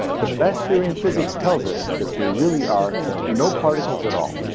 the best theory in physics tells us that there really are no particles at all.